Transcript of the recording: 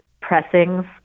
pressings